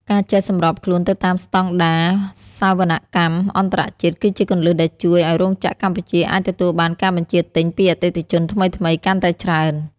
ការចេះសម្របខ្លួនទៅតាមស្ដង់ដារសវនកម្មអន្តរជាតិ គឺជាគន្លឹះដែលជួយឱ្យរោងចក្រកម្ពុជាអាចទទួលបានការបញ្ជាទិញពីអតិថិជនថ្មីៗកាន់តែច្រើន។